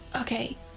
Okay